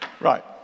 right